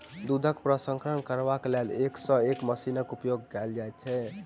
दूधक प्रसंस्करण करबाक लेल एक सॅ एक मशीनक उपयोग कयल जाइत छै